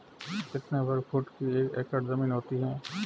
कितने वर्ग फुट की एक एकड़ ज़मीन होती है?